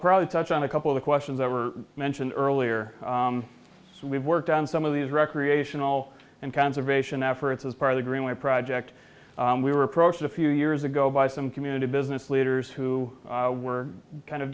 probably touch on a couple of questions that were mentioned earlier we've worked on some of these recreational and conservation efforts as part of the greenway project we were approached a few years ago by some community business leaders who were kind of